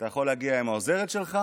אתה יכול להגיע עם העוזרת שלך,